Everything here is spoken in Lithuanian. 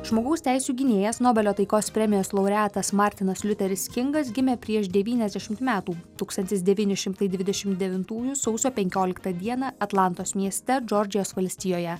žmogaus teisių gynėjas nobelio taikos premijos laureatas martinas liuteris kingas gimė prieš devyniasdešimt metų tūkstantis devyni šimtai dvidešimt devintųjų sausio penkioliktą dieną atlantos mieste džordžijos valstijoje